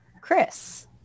Chris